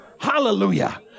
Hallelujah